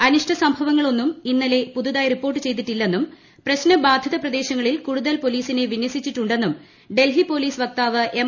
അനിഷ്ട സംഭവങ്ങളൊന്നും ഇന്നല്ലൂ പുതുതായി റിപ്പോർട്ട് ചെയ്തിട്ടില്ലെന്നും പ്രശ്നബാധിത പ്രദേശങ്ങളിൽ കൂടുതൽ പോലീസിനെ വിന്യസിച്ചിട്ടുണ്ടെന്നും ഡൽഹി പോല്ടീസ് പ്ലക്താവ് എം